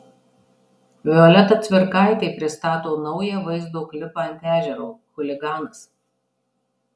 violeta cvirkaitė pristato naują vaizdo klipą ant ežero chuliganas